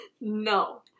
No